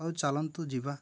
ହଉ ଚାଲନ୍ତୁ ଯିବା